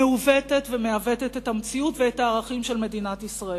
מעוותת ומעוותת את המציאות ואת הערכים של מדינת ישראל.